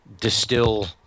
distill